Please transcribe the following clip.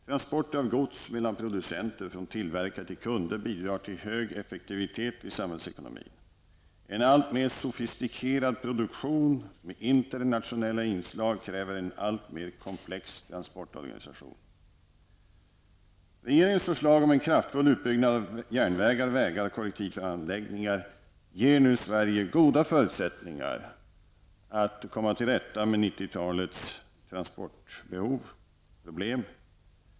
Transporter av gods mellan producenter och från tillverkare till kunder bidrar till en hög effektivitet i samhällsekonomin. En alltmer sofistikerad produktion med internationella inslag kräver en alltmer komplex transportorganisation. Regeringens förslag om en kraftfull utbyggnad av järnvägar, vägar och kollektivtrafikanläggningar ger Sverige goda förutsättningar att komma till rätta med 90-talets transportbehov och transportproblem.